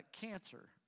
cancer